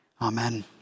Amen